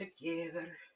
together